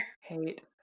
hate